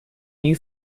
new